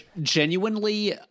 Genuinely